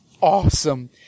awesome